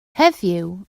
heddiw